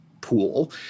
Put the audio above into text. pool